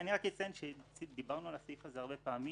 אני רק אציין שדיברנו על הסעיף הזה הרבה פעמים,